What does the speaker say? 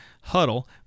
huddle